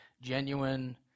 genuine